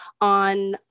on